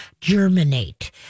germinate